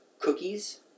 cookies